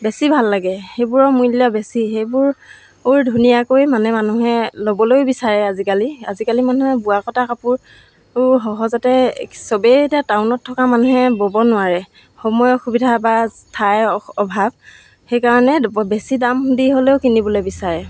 বেছি ভাল লাগে সেইবোৰৰ মূল্য বেছি সেইবোৰ ধুনীয়াকৈ মানে মানুহে ল'বলৈও বিচাৰে আজিকালি আজিকালি মানুহে বোৱা কটা কাপোৰ সহজতে সবেই এতিয়া টাউনত থকা মানুহে ব'ব নোৱাৰে সময় অসুবিধা বা ঠাইৰ অভাৱ সেইকাৰণে বেছি দাম দি হ'লেও কিনিবলৈ বিচাৰে